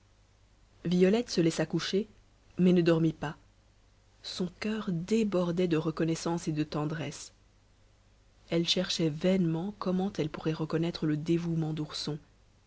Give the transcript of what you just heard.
violette se laissa coucher mais ne dormit pas son coeur débordait de reconnaissance et de tendresse elle cherchait vainement comment elle pourrait reconnaître le dévouement d'ourson